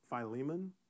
Philemon